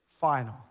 final